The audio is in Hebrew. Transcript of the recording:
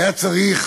היה צריך